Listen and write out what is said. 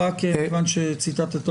רק כיוון שציטטת.